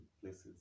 places